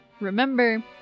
remember